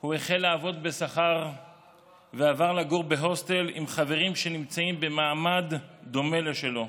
הוא החל לעבוד בשכר ועבר לגור בהוסטל עם חברים שנמצאים במעמד דומה לשלו.